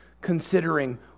considering